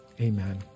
Amen